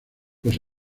los